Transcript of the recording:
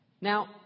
Now